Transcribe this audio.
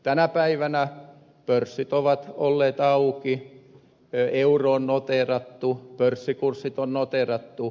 tänä päivänä pörssit ovat olleet auki euro on noteerattu pörssikurssit on noteerattu